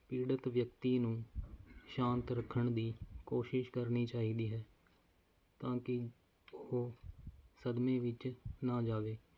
ਪੀੜਤ ਵਿਅਕਤੀ ਨੂੰ ਸ਼ਾਂਤ ਰੱਖਣ ਦੀ ਕੋਸ਼ਿਸ਼ ਕਰਨੀ ਚਾਹੀਦੀ ਹੈ ਤਾਂ ਕਿ ਉਹ ਸਦਮੇ ਵਿੱਚ ਨਾ ਜਾਵੇ